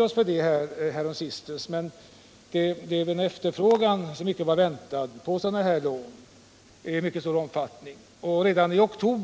oss för sådana bidrag och lån häromsistens. Men efterfrågan på dessa lån blev av mycket stor omfattning, som vi inte hade väntat.